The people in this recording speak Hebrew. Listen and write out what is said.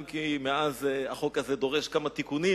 אם כי מאז החוק הזה דורש כמה תיקונים,